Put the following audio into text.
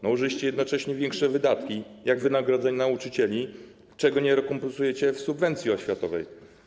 Nałożyliście jednocześnie większe wydatki, jak wynagrodzenia nauczyli, czego nie rekompensujecie w subwencji oświatowej.